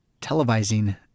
televising